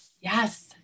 Yes